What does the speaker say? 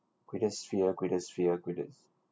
greatest fear greatest fear greatest